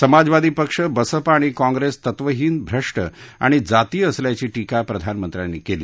समाजवादी पक्ष बसपा आणि काँग्रेस तत्वहीन भ्रष्ट आणि जातीय असल्याची टीका प्रधानमंत्र्यांनी केली